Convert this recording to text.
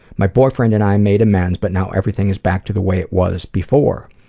my boyfriend and i made amends, but now everything is back to the way it was before.